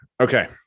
Okay